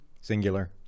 singular